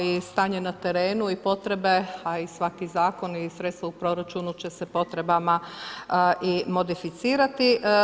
I kao i stanje na terenu i potrebe, a i svaki zakon i sredstva u proračuna će se potrebama i modificirati.